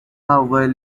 valley